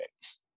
days